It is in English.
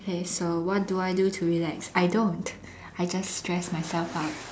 okay so what do I do to relax I don't I just stress myself out